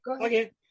Okay